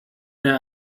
their